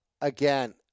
again